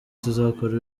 tuzakora